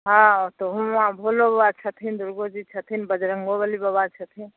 हँ तऽ हुआँ भोलोबाबा छथिन दुर्गोजी छथिन बजरङ्गोबली बाबा छथिन